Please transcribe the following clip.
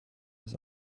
his